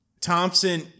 Thompson